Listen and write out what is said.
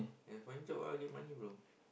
yeah find job ah get money bro